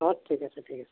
অঁ ঠিক আছে ঠিক আছে